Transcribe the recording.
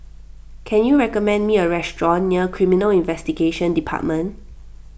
can you recommend me a restaurant near Criminal Investigation Department